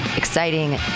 exciting